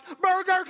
Burger